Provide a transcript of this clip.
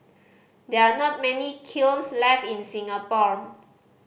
there are not many kilns left in Singapore